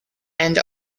and